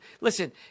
listen